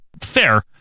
fair